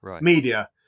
media